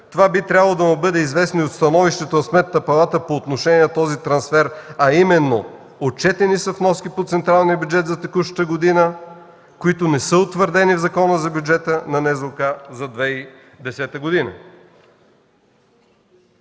Това би трябвало да бъде известно и от становището на Сметната палата по отношение на този трансфер, а именно отчетени са вноски по централния бюджет за текущата година, които не са утвърдени в Закона за бюджета на НЗОК за 2010 г.